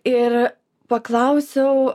ir paklausiau